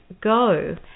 go